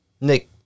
Nick